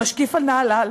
המשקיף על נהלל,